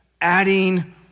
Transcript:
adding